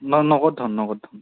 ন নগদ ধন নগদ ধন